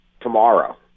tomorrow